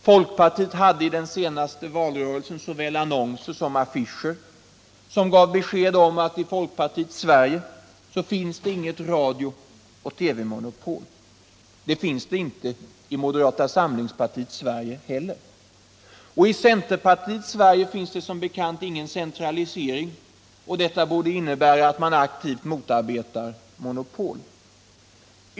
Folkpartiet hade i den senaste valrörelsen såväl annonser som affischer som gav besked om att i folkpartiets Sverige finns det inget radiooch TV-monopol. Det finns det inte i moderata samlingspartiets Sverige heller. I centerpartiets Sverige finns det som bekant ingen centralisering, och det borde innebära att man aktivt mot arbetar monopol.